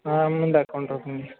ముందు account open